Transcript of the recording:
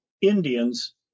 Indians